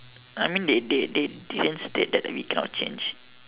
I mean they they they didn't state that we cannot change